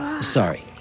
Sorry